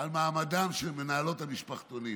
על מעמדן של מנהלות המשפחתונים.